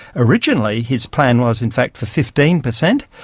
originally his plan was in fact for fifteen percent,